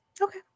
Okay